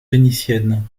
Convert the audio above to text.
vénitienne